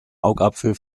augapfel